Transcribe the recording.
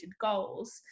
goals